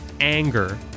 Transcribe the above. anger